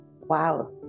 Wow